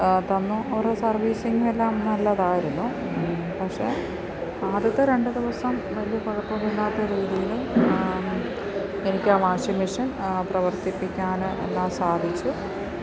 തന്നു അവരെ സർവീസിങ്ങ് എല്ലാം നല്ലതായിരുന്നു പക്ഷേ ആദ്യത്തെ രണ്ട് ദിവസം വലിയ കുഴപ്പമില്ലാത്ത രീതിയിൽ എനിക്ക് ആ വാഷിംഗ് മെഷീൻ പ്രവർത്തിപ്പിക്കാൻ എല്ലാം സാധിച്ചു